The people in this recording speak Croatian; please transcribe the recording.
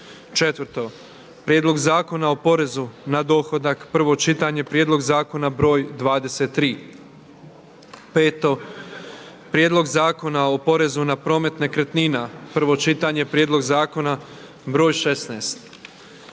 19, 4. Prijedlog zakona o porezu na dohodak, prvo čitanje, P.Z. broj 23, 5. Prijedlog zakona o porezu na promet nekretnina, prvo čitanje, P.Z. broj 16,